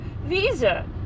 visa